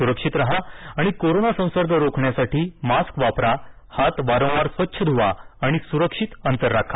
सुरक्षित राहा आणि कोरोना संसर्ग रोखण्यासाठी मास्क वापरा हात वारंवार स्वच्छ ध्रवा आणि सुरक्षित अंतर राखा